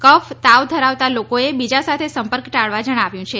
કફ તાવ ધરાવતા લોકોએ બીજા સાથે સંપર્ક ટાળવા જણાવ્યું છે